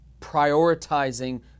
prioritizing